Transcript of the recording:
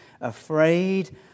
afraid